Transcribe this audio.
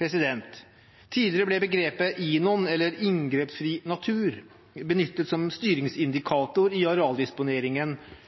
Tidligere ble INON, eller inngrepsfri natur, benyttet som styringsindikator i arealdisponeringen.